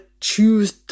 choose